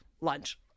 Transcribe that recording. lunch